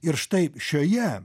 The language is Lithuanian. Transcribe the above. ir štai šioje